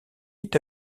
est